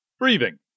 Breathing